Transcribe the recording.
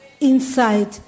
inside